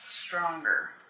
stronger